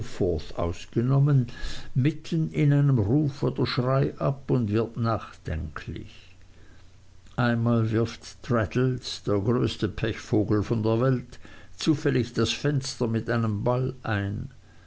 steerforth ausgenommen mitten in einem ruf oder schrei ab und wird nachdenklich einmal wirft traddles der größte pechvogel von der welt zufällig das fenster mit einem ball ein